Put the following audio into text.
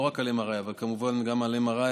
לא רק על MRI אבל כמובן גם על MRI,